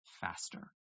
faster